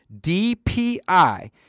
DPI